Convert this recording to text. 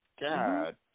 God